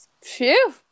Phew